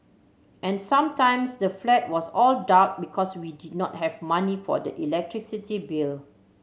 and sometimes the flat was all dark because we did not have money for the electricity bill